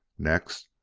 next,